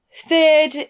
Third